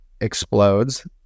explodes